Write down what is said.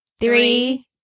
Three